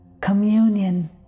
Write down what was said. communion